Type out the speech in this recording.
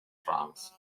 france